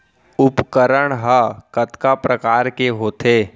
उपकरण हा कतका प्रकार के होथे?